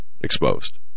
exposed